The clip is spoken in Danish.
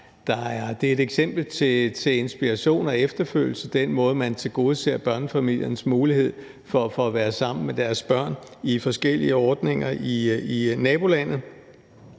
Sverige et eksempel til inspiration og efterfølgelse, altså den måde, man tilgodeser børnefamiliernes mulighed for at være sammen med deres børn i forskellige ordninger i nabolandet